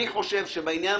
אני חושב שבעניין